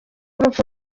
urupfu